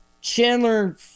Chandler